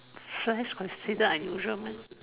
flies consider unusual meh